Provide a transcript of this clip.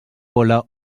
cola